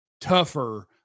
tougher